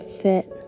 fit